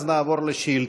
ואז נעבור לשאילתות.